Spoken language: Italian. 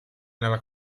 nella